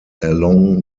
along